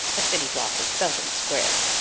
a city block is seldom square.